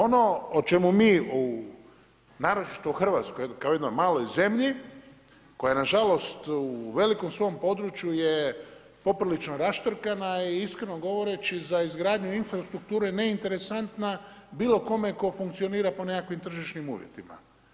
Ono o čemu mi naročito u Hrvatskoj kao jednoj maloj zemlji koja je na žalost u velikom svom području je poprilično raštrkana i iskreno govoreći za izgradnju infrastrukture neinteresantna bilo kome tko funkcionira po nekakvim tržišnim uvjetima.